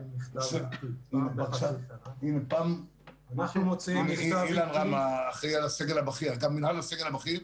נמצא כאן אילן רם, אחראי על הסגל הבכיר.